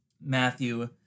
Matthew